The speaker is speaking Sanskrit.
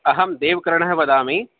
अहं देवकर्णः वदामि